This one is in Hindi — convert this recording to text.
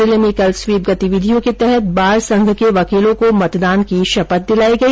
जिले में कल स्वीप गतिविधियों के तहत बार संघ के वकीलों को मतदान की शपथ दिलाई गई